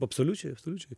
absoliučiai absoliučiai